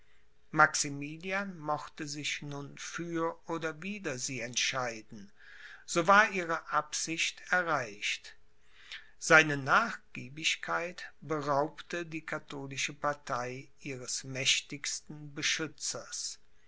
maximilian mochte sich nun für oder wider sie entscheiden so war ihre absicht erreicht seine nachgiebigkeit beraubte die katholische partei ihres mächtigsten beschützers